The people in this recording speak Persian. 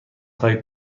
های